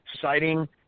citing